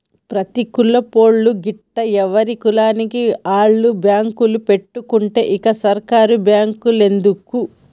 ప్రతి కులపోళ్లూ గిట్ల ఎవల కులానికి ఆళ్ల బాంకులు పెట్టుకుంటే ఇంక సర్కారు బాంకులెందుకు